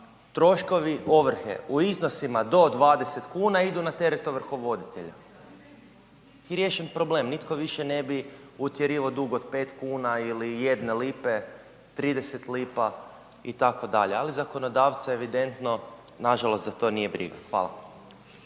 troškovi ovrhe u iznosima do 20 kuna idu na teret ovrhovoditelja i riješen problem. Nitko više ne bi utjerivao dug od pet kuna ili jedne lipe, 30 lipa itd., ali zakonodavce evidentno nažalost da to nije briga. Hvala.